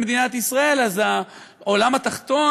במדינת ישראל אז העולם התחתון,